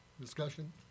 discussion